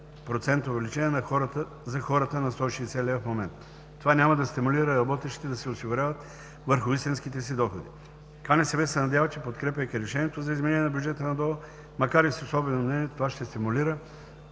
прави 24% увеличение за хората с над 160 лв. в момента. Това няма да стимулира работещите да се осигуряват върху истинските си доходи. КНСБ се надява, че подкрепяйки решението за изменение на бюджета на ДОО, макар и с особено мнение, това ще стимулира